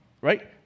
right